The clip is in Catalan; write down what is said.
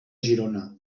girona